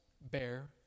bear